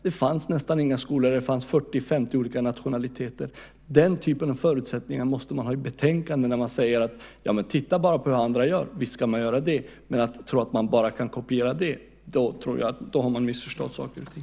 Det fanns nästan inga skolor där det fanns 40-50 olika nationaliteter. Den typen av förutsättningar måste man ha i åtanke när man säger att man ska titta på hur andra gör. Visst ska man göra det, men om man tror att man bara kan kopiera det har man missförstått saker och ting.